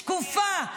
שקופה,